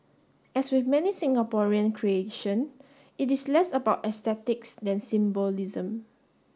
as with many Singaporean creation it is less about aesthetics than symbolism